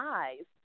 eyes